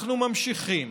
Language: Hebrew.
אנחנו ממשיכים